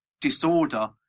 disorder